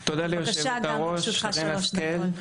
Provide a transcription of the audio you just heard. בבקשה, גם לרשותך 3 דקות.